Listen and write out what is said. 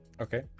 Okay